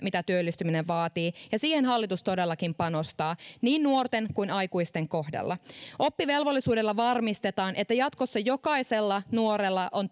mitä työllistyminen vaatii ja siihen hallitus todellakin panostaa niin nuorten kuin aikuisten kohdalla oppivelvollisuudella varmistetaan että jatkossa jokaisella nuorella on